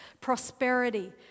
prosperity